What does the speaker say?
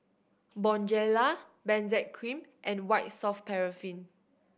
Bonjela Benzac Cream and White Soft Paraffin